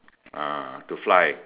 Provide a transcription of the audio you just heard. ah to fly